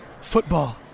football